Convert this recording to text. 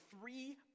three